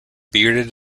bearded